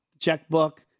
checkbook